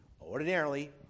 Ordinarily